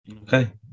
Okay